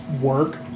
work